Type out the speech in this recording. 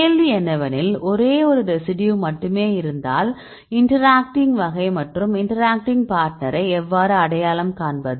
கேள்வி என்னவெனில் ஒரே ஒரு ரெசிடியூ மட்டுமே இருந்தால் இன்டராக்டிங் வகை மற்றும் இன்டராக்டிங் பார்ட்னரை எவ்வாறு அடையாளம் காண்பது